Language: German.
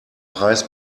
preis